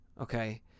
okay